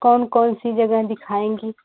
कौन कौन सी जगह दिखाएँगी